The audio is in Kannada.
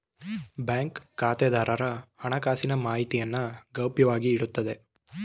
ಬ್ಯಾಂಕ್ ಖಾತೆದಾರರ ಹಣಕಾಸಿನ ಮಾಹಿತಿಯನ್ನು ಗೌಪ್ಯವಾಗಿ ಇಡುತ್ತೆ